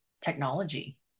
technology